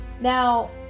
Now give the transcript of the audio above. Now